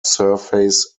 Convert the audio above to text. surface